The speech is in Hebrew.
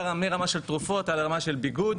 מרמה של תרופות עד רמה של ביגוד,